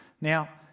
Now